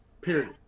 Period